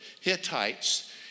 Hittites